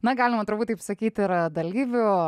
na galima turbūt taip sakyt ir dalyvių